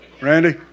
Randy